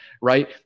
right